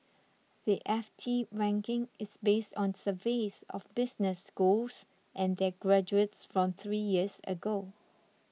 the F T ranking is based on surveys of business schools and their graduates from three years ago